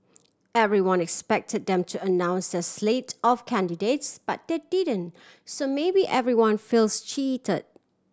everyone expected them to announce their slate of candidates but they didn't so maybe everyone feels cheat